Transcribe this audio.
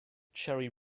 cherry